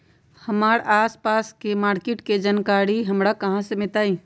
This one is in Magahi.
हमर आसपास के मार्किट के जानकारी हमरा कहाँ से मिताई?